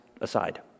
aside